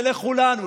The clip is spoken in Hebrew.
זה קשור לכולנו,